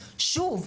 שוב,